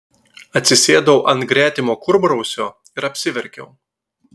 atsisėdau ant gretimo kurmrausio ir apsiverkiau